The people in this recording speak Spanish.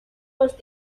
los